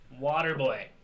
Waterboy